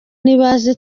nibaze